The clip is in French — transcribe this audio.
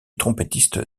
trompettiste